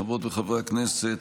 חברות וחברי הכנסת,